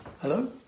Hello